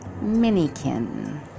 Minikin